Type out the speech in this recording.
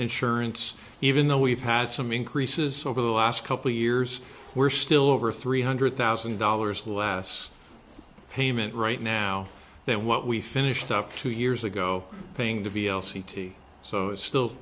insurance even though we've had some increases over the last couple years we're still over three hundred thousand dollars last payment right now than what we finished up two years ago paying the b l c t so it's still